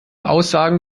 aussagen